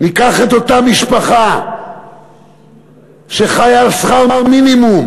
ניקח את אותה משפחה שחיה על שכר מינימום,